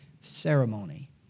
ceremony